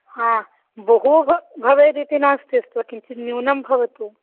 हा बहु ब भवेदिति नास्ति अस्तु वा किञ्चित् न्यूनं भवतु